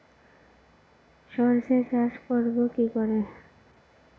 সর্ষে চাষ করব কি করে?